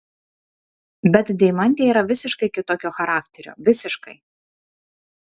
bet deimantė yra visiškai kitokio charakterio visiškai